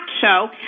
show